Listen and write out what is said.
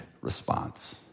response